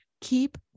keep